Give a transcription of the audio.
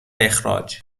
اخراج